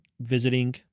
visiting